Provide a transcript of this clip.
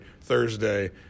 Thursday